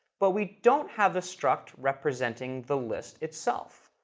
but we don't have a struct representing the list itself.